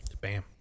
bam